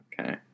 Okay